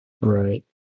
Right